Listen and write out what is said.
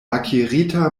akirita